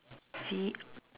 V